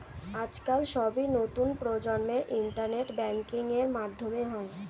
আজকাল সবই নতুন প্রজন্মের ইন্টারনেট ব্যাঙ্কিং এর মাধ্যমে হয়